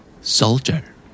Soldier